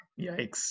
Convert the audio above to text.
yikes